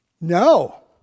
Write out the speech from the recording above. No